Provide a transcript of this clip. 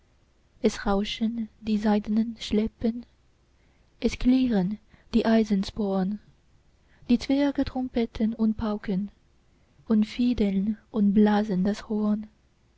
es rauschen die seidenen schleppen es klirren die eisensporn die zwerge trompeten und pauken und fiedeln und blasen das horn